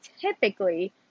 typically